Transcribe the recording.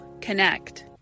connect